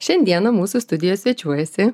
šiandieną mūsų studijoj svečiuojasi